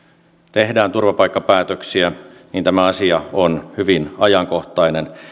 tehdään turvapaikkapäätöksiä tämä asia on hyvin ajankohtainen